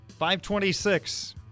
526